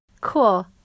Cool